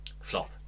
Flop